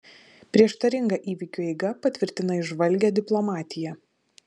prieštaringa įvykių eiga patvirtina įžvalgią diplomatiją